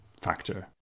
factor